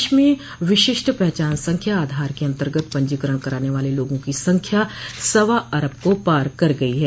देश में विशिष्ट पहचान संख्या आधार के अंतर्गत पंजीकरण कराने वाले लोगों की संख्या सवा अरब को पार कर गई है